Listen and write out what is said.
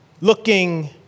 looking